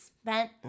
spent